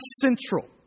central